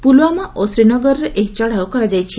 ପୁଲୱାମା ଓ ଶ୍ରୀନଗରରେ ଏହି ଚଢ଼ାଉ କରାଯାଇଛି